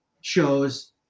shows